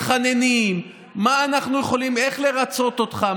מתחננים: מה אנחנו יכולים, איך לרצות אותך?